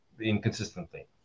inconsistently